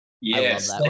Yes